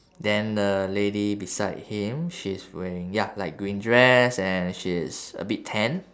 then the lady beside him she's wearing ya light green dress and she's a bit tan